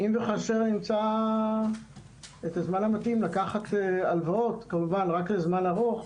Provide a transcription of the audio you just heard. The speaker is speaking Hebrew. אם נמצא את הזמן המתאים לקחת הלוואות לזמן ארוך.